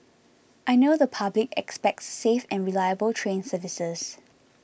I know the public expects safe and reliable train services